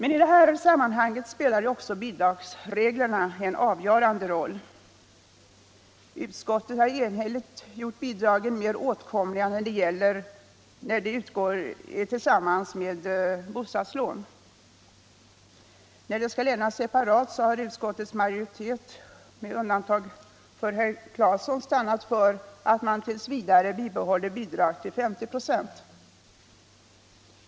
I det sammanhanget spelar ju också bidragsreglerna en avgörande roll. Utskottet har enhälligt gjort bidragen mer åtkomliga när de utgår tillsammans med bostadslån. När de skall lämnas separat, har utskottets majoritet — herr Claeson undantagen — stannat för att tills vidare bibehålla bidrag intill 50 96.